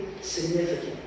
significant